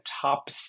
top